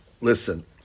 listen